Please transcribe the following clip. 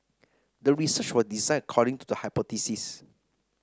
the research was designed according to the hypothesis